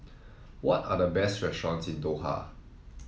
what are the best restaurants in Doha